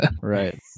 Right